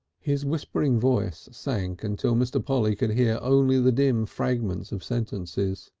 his whispering voice sank until mr. polly could hear only the dim fragments of sentences.